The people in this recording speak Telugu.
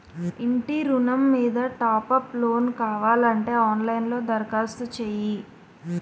ఇంటి ఋణం మీద టాప్ అప్ లోను కావాలంటే ఆన్ లైన్ లో దరఖాస్తు చెయ్యు